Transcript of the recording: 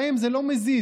להם זה לא מזיז,